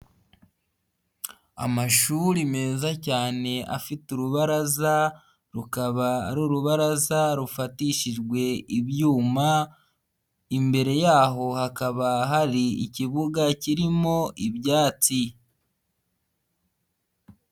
Amashuri meza cyane afite urubaraza, rukaba ari urubaraza rufatishijwe ibyuma, imbere yaho hakaba hari ikibuga kirimo ibyatsi.